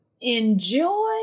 enjoy